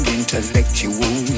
intellectual